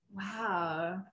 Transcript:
Wow